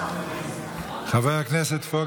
חבריי חברי הכנסת,